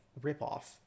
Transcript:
ripoff